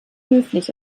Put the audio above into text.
höflich